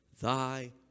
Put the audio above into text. thy